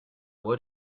what